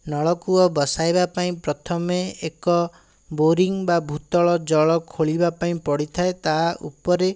ନଳକୂଅ ବସାଇବା ପାଇଁ ପ୍ରଥମେ ଏକ ବୋରିଂ ବା ଭୂତଳ ଜଳ ଖୋଳିବା ପାଇଁ ପଡ଼ିଥାଏ ତା' ଉପରେ